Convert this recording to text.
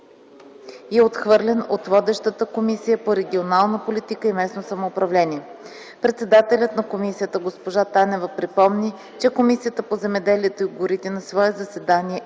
и е отхвърлен от водещата Комисия по регионална политика и местно самоуправление. Председателят на комисията госпожа Танева припомни, че Комисията по земеделието и горите на свои заседания е